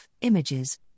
images